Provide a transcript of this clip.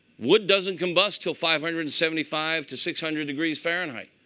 wood doesn't combust till five hundred and seventy five to six hundred degrees fahrenheit.